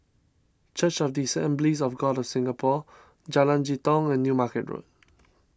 Church of the Assemblies of God of Singapore Jalan Jitong and New Market Road